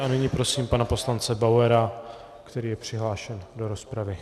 A nyní prosím pana poslance Bauera, který je přihlášen do rozpravy.